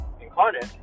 incarnate